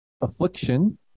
affliction